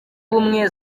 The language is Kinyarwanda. ubumwe